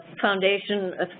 foundation